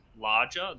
larger